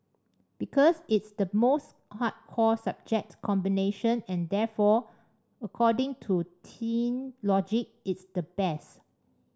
because it's the most hardcore subject combination and therefore according to teen logic it's the best